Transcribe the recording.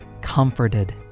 comforted